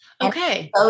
okay